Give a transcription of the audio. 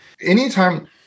Anytime